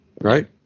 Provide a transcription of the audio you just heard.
right